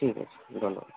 ঠিক আছে ধন্যবাদ